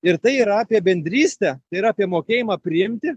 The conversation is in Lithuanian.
ir tai yra apie bendrystę tai yra apie mokėjimą priimti